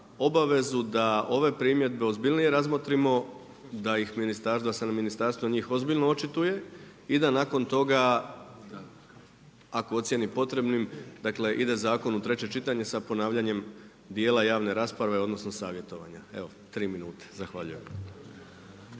obavezu da ove primjedbe ozbiljnije razmotrimo, da se ministarstvo na njih ozbiljno očitije i da nakon toga, ako ocijeni potrebni ide zakon u treće čitanje sa ponavljanjem dijela ravne rasprave, odnosno savjetovanja. Evo, tri minute. Zahvaljujem.